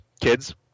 kids